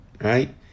Right